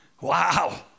Wow